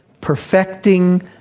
perfecting